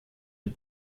den